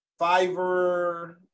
Fiverr